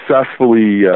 successfully